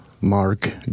Mark